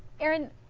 erin,